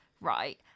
right